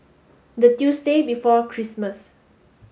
the Tuesday before Christmas